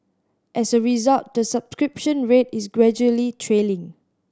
as a result the subscription rate is gradually trailing